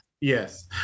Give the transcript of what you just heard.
Yes